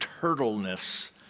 turtleness